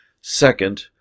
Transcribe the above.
Second